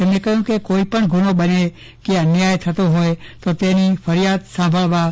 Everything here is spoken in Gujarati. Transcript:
તેમણે કહયું કે કોઈપણ ગુન્હો બને કે અન્યાય થતો હોયતો તેની ફરીયાદ સાંભળવવામાં આવશે